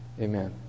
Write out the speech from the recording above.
Amen